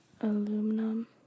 aluminum